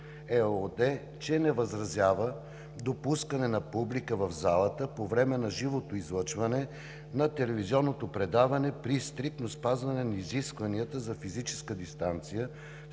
ЕООД, че не възразява за допускането на публика в залата по време на живото излъчване на телевизионното предаване при стриктно спазване на изискванията за физическа дистанция,